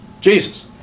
Jesus